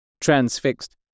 transfixed